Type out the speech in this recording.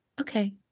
Okay